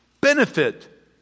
benefit